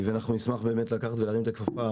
אנחנו נשמח להרים את הכפפה,